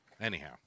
Anyhow